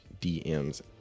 DMs